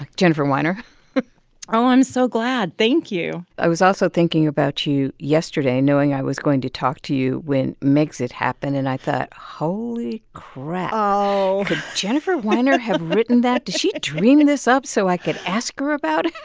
jennifer weiner oh, i'm so glad. thank you i was also thinking about you yesterday knowing i was going to talk to you when megxit happened. and i thought, holy crap. oh. could jennifer weiner had written that? did she dream and this up so i could ask her about it?